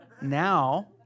now